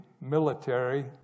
military